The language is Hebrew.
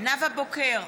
נאוה בוקר,